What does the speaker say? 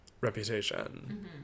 Reputation